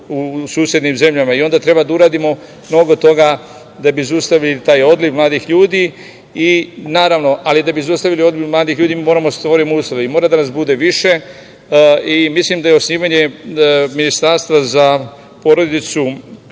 u susednim zemljama. Onda treba da uradimo mnogo toga da bi zaustavili taj odliv mladih ljudi, a da bi zaustavili odliv mladih ljudi moramo da stvorimo uslove. Mora da nas bude više. Mislim da je osnivanje ministarstva za brigu